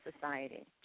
society